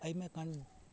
अइमे कनि